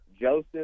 Joseph